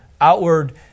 outward